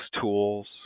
tools